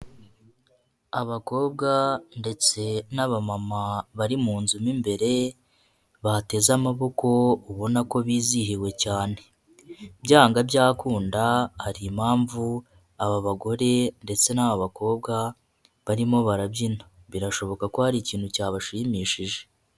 Abakobwa ndetse n'aba mama bari mu nzu m'imbere bateze amaboko ubona ko bizihiwe cyane byanga byakunda hari impamvu aba bagore ndetse n'aba bakobwa barimo barabyina birashoboka ko hari ikintu cyabashimishije.